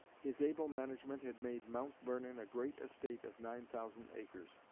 his able management had made mount vernon a great estate of nine thousand acres.